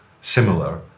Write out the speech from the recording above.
similar